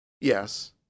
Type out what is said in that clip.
Yes